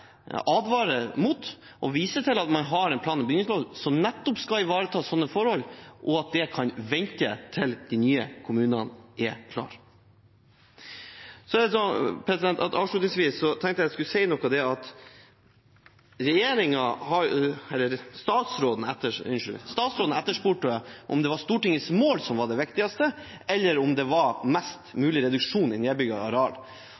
mot og viser til at man har en plan- og bygningslov som nettopp skal ivareta slike forhold, og at det kan vente til de nye kommunene er klare. Avslutningsvis tenkte jeg å si noe til det at statsråden spurte om det var Stortingets mål som var det viktigste, eller om det var mest mulig reduksjon i nedbygging av areal.